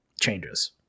changes